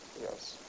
Yes